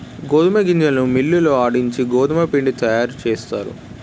గోధుమ గింజలను మిల్లి లో ఆడించి గోధుమపిండి తయారుచేస్తారు